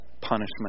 punishment